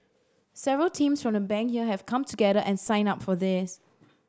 several teams from the Bank have come together and signed up for this